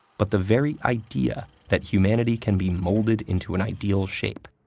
but the very idea that humanity can be molded into an ideal shape.